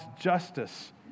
justice